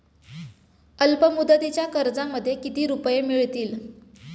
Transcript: अल्पमुदतीच्या कर्जामध्ये किती रुपये मिळतील?